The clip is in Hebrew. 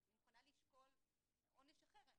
אני מוכנה לשקול עונש אחר,